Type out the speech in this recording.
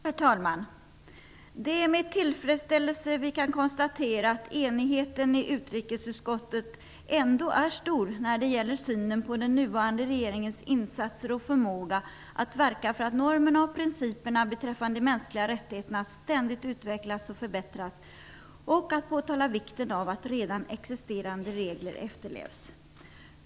Herr talman! Det är med tillfredsställelse vi kan konstatera att enigheten i utrikesutskottet trots allt är stor när det gäller synen på den nuvarande regeringens insatser och förmåga att verka för att normerna och principerna beträffande de mänskliga rättigheterna ständigt utvecklas och förbättras och att påtala vikten av att existerande regler efterlevs.